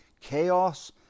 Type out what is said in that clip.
chaos